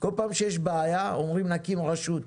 כל פעם שיש בעיה מקימים רשות,